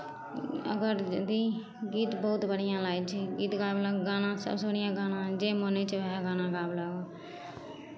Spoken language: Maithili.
अगर यदि गीत बहुत बढ़िआँ लागै छै गीत गाबलक गाना सभसँ बढ़िआँ गाना जे मोन होइ छै उएह गाना गाबलक